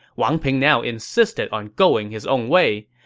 wang ping now insisted on going his own way,